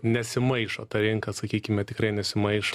nesimaišo ta rinka sakykime tikrai nesimaišo